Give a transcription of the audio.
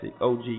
OG